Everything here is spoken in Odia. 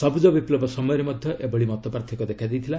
ସବୁଜ ବିପୁବ ସମୟରେ ମଧ୍ୟ ଏଭଳି ମତପାର୍ଥକ୍ୟ ଦେଖାଦେଇଥିଲା